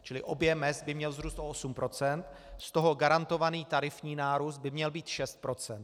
Čili objem mezd by měl vzrůst o 8 %, z toho garantovaný tarifní nárůst by měl být 6 %.